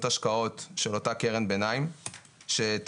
השקעות של אותה קרן ביניים --- לא,